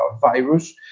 virus